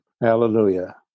hallelujah